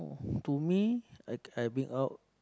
to me I I bring out